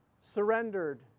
Surrendered